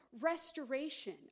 restoration